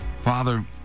Father